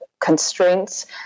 constraints